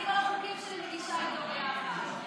אני את כל החוקים שלי מגישה איתו ביחד.